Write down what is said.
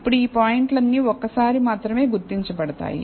ఇప్పుడు ఈ పాయింట్లన్నీ ఒక్కసారి మాత్రమే గుర్తించబడతాయి